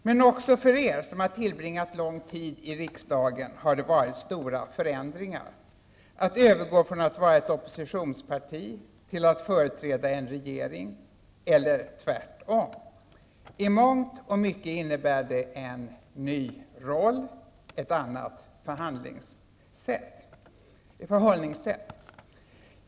Men också för er som tillbringat lång tid i riksdagen har det varit stora förändringar, att övergå från att vara ett oppositionsparti till att företräda en regering eller tvärtom. I mångt och mycket innebär det en ny roll, ett annat förhållningssätt.